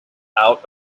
out